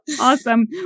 Awesome